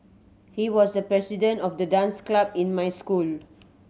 he was the president of the dance club in my school